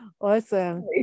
Awesome